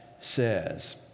says